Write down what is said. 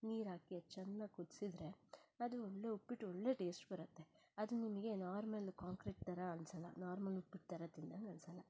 ನೀರು ಹಾಕಿ ಅದು ಚೆನ್ನಾಗಿ ಕುದಿಸಿದ್ರೆ ಅದು ಒಳ್ಳೆಯ ಉಪ್ಪಿಟ್ಟು ಒಳ್ಳೆಯ ಟೇಸ್ಟ್ ಬರತ್ತೆ ಅದು ನಿಮಗೆ ನಾರ್ಮಲ್ ಕಾಂಕ್ರೀಟ್ ಥರ ಅನ್ಸೋಲ್ಲ ನಾರ್ಮಲ್ ಉಪ್ಪಿಟ್ಟು ಥರ ತಿಂದಂಗೆ ಅನ್ಸೋಲ್ಲ